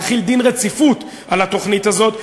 להחיל דין רציפות על התוכנית הזאת.